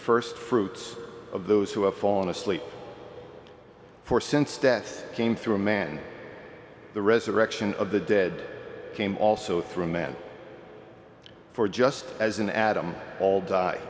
st fruits of those who have fallen asleep for since death came through a man the resurrection of the dead came also through man for just as in adam all die